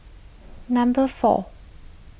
number four